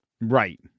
Right